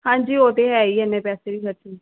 ਹਾਂਜੀ ਉਹ ਤਾਂ ਹੈ ਹੀ ਇੰਨੇ ਪੈਸੇ ਵੀ ਖਰਚੇ